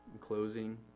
closing